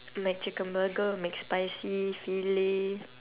mcchicken burger mcspicy filet